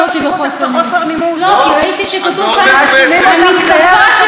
ממש לא מדובר על הנימוס.